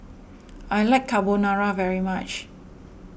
I like Carbonara very much